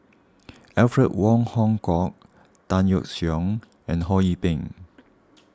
Alfred Wong Hong Kwok Tan Yeok Seong and Ho Yee Ping